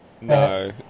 No